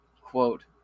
Quote